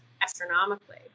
astronomically